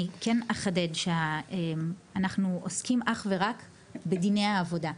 אני כן אחדד שאנחנו עוסקים אך ורק בדיני העבודה,